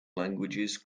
languages